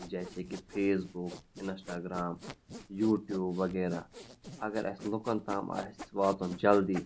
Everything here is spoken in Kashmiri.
جیسے کہِ فیس بُک اِنَسٹاگرٛام یوٗٹیوٗب وغیرہ اگر اَسہِ لُکَن تام آسہِ واتُن جلدی